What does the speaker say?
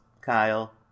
Kyle